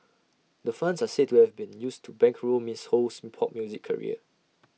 the funds are said to have been used to bankroll miss Ho's pop music career